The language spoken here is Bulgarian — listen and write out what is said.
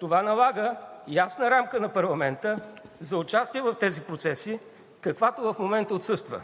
Това налага ясна рамка на парламента за участие в тези процеси, каквато в момента отсъства.